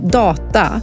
data